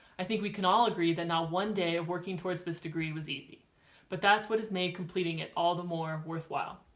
i think we can all agree that not one day of working towards this degree was easy but that's what is made completing it all the more worthwhile.